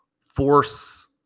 force